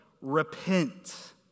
Repent